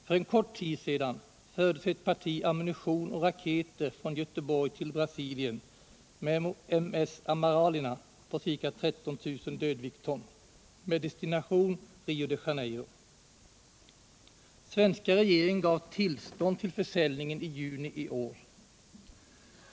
För en kort tid sedan fördes ett parti ammunition och raketer från Göteborg till Brasilien med ms Amaralina på ca 13 000 dwt med destination Rio de Janeiro. Svenska regeringen gav tillstånd till försäljningen i juni i år.